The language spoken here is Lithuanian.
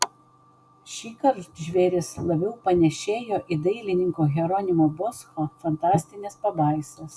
šįkart žvėris labiau panėšėjo į dailininko hieronimo boscho fantastines pabaisas